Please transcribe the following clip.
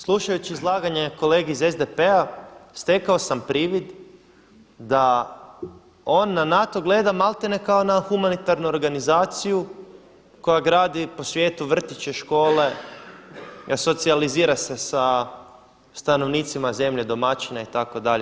Slušajući izlaganje kolegi iz SDP-a stekao sam privid da on na NATO gleda maltene kao na humanitarnu organizaciju koja gradi po svijetu vrtiće, škole, socijalizira se sa stanovnicima zemlje, domaćina itd.